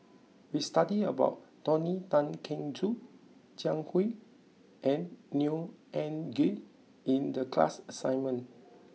we studied about Tony Tan Keng Joo Jiang Hu and Neo Anngee in the class assignment